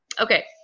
Okay